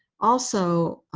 also,